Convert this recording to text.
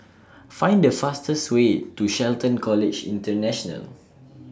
Find The fastest Way to Shelton College International